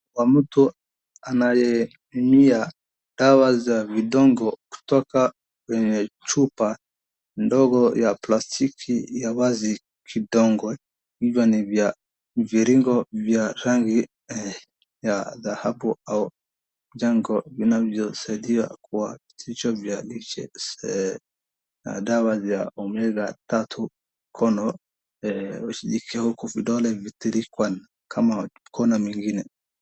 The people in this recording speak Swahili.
Mtu anayetumia dawa za vidongo kutoka kwenye chupa ndogo ya plastiki ya vazi kidogo, hivyo ni vya mviringo vya rangi ya dhahabu au jungle vinavyo saidia kwa vya lishe dawa za Omega 3 conol vidole vikitirikwan kama mikono mingine.